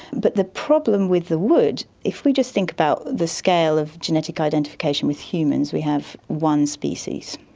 but the problem with the wood, if we just think about the scale of genetic identification with humans, we have one species.